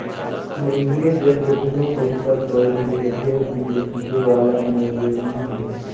मइनसे जग केतनो पइसा कउड़ी रहें ढेर दिन ले टिके वाला में ले नी हे